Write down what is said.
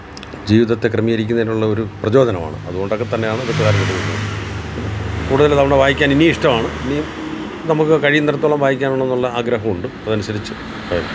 ജീവിതത്തെ ക്രമീകരിക്കുന്നതിനുള്ള ഒരു പ്രചോദനമാണ് അതുകൊണ്ടൊക്കെ തന്നെയാണ് കൂടുതൽ നമ്മുടെ വായിക്കാന് ഇനിയും ഇഷ്ടമാണ് ഇനിയും നമ്മൾക്ക് കഴിയുന്നിടത്തോളം വായിക്കാനുള്ളെന്നുള്ള ആഗ്രഹമുണ്ട് അതനുസരിച്ച്